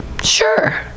Sure